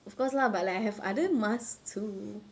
of course lah but like I have other masks too